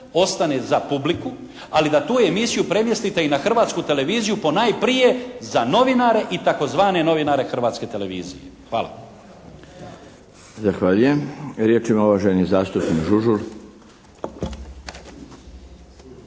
ostane za publiku, ali da tu emisiju premjestite i na Hrvatsku televiziju ponajprije za novinare i tzv. novinare Hrvatske televizije. **Milinović, Darko (HDZ)** Zahvaljujem. Riječ ima uvaženi zastupnik Žužul.